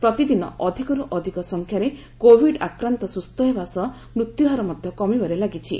ପ୍ରତିଦିନ ଅଧିକର୍ ଅଧିକ ସଂଖ୍ୟାରେ କୋଭିଡ ଆକ୍ରାନ୍ତ ସୁସ୍ଥ ହେବା ସହ ମୃତ୍ୟୁହାର ମଧ୍ୟ କମିବାରେ ଲାଗିଛି